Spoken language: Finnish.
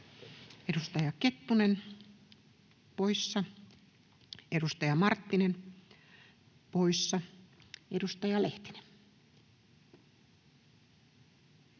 Edustaja Kettunen poissa, edustaja Marttinen poissa. — Edustaja Lehtinen.